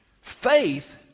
faith